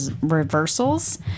reversals